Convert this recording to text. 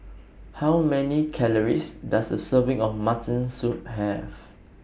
How Many Calories Does A Serving of Mutton Soup Have